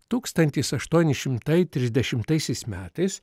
tūkstantis aštuoni šimtai trisdešimtaisiais metais